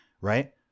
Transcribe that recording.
right